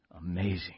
amazing